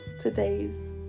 today's